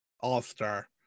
all-star